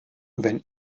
wenn